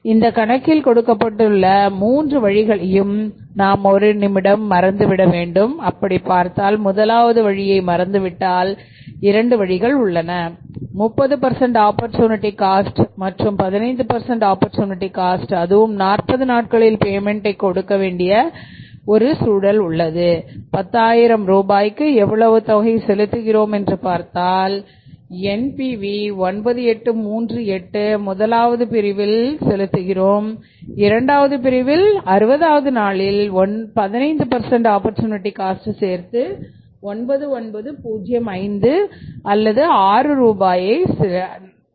இந்த கணக்கில் கொடுக்கப்பட்டுள்ள மூன்று வழிகளையும் நாம் ஒரு நிமிடம் மறந்துவிட வேண்டும் அப்படி பார்த்தால் முதலாவது வழியை மறந்து விட்டால் இரண்டு வழிகள் உள்ளன 30 ஆப்பர்சூனிட்டி காஸ்ட மற்றும் 15 ஆப்பர்சூனிட்டி காஸ்ட் அதுவும் 40 நாட்களில் பேமென்ட் கைகொடுக்க வேண்டிய ஒரு சூழல் உள்ளது 10000 ரூபாய்க்கு எவ்வளவு தொகை செலுத்துகிறோம் என்று பார்த்தால் NPV 9838 முதலாவது பிரிவில் செலுத்துகிறோம் இரண்டாவது பிரிவில் 60வது நாளில் 15 ஆப்பர்சூனிட்டி காஸ்ட் சேர்த்து 9905 அல்லது 6 ரூபாயை செலுத்துகிறோம்